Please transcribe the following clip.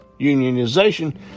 unionization